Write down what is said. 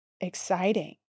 exciting